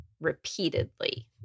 repeatedly